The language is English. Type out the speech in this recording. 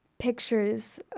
Pictures